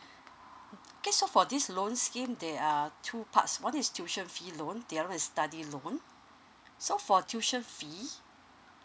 okay so for this loan scheme there are two parts one is tuition fee loan the other is study loan so for tuition fee